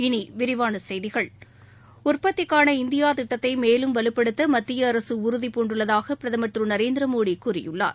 இனி விரிவான செய்திகள் உற்பத்திக்கான இந்தியா திட்டத்தை மேலும் வலுப்படுத்த மத்திய அரசு உறுதிபூண்டுள்ளதாக பிரதமர் திரு நரேந்திர மோடி கூறியுள்ளார்